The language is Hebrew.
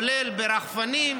כולל ברחפנים,